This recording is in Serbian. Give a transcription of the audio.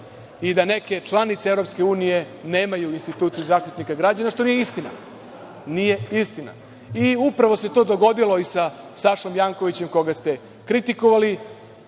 i da neke članice EU nemaju instituciju Zaštitnika građana, što nije istina. Nije istina. Upravo se to dogodilo i sa Sašom Jankovićem, koga ste kritikovali.